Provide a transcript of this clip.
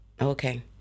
Okay